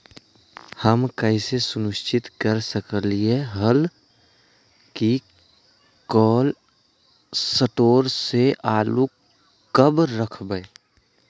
हम कैसे सुनिश्चित कर सकली ह कि कोल शटोर से आलू कब रखब?